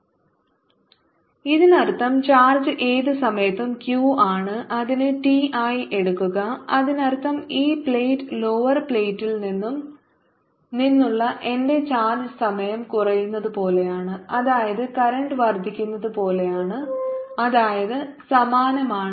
Q0QdQQ 0t dtCR lnQQ0 tRC QQ0e tRC ഇതിനർത്ഥം charge ഏത് സമയത്തും Q ആണ് അതിനെ t ആയി എടുക്കുക അതിനർത്ഥം ഈ പ്ലേറ്റ് ലോവർ പ്ലേറ്റിൽ നിന്നുള്ള എന്റെ ചാർജ് സമയം കുറയുന്നത് പോലെയാണ് അതായത് കറന്റ് വർദ്ധിക്കുന്നത് പോലെയാണ് അതായത് സമാനമാണ്